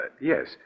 Yes